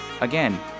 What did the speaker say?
again